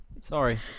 Sorry